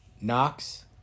Knox